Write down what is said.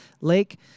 Lake